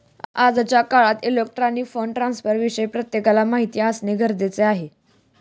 आजच्या काळात electronic fund ट्रान्स्फरविषयी प्रत्येकाला माहिती असणे गरजेचे आहे